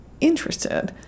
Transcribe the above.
interested